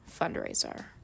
fundraiser